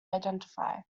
identify